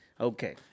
Okay